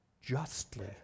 justly